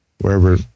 wherever